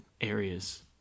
areas